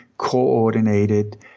coordinated